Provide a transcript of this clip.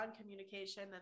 communication